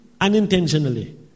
unintentionally